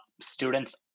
students